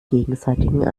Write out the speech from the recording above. gegenseitigen